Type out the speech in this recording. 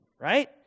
right